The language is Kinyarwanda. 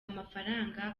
amafaranga